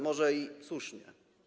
Może i słusznie.